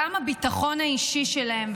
גם הביטחון האישי שלהם,